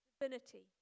divinity